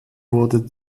wurde